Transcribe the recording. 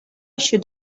should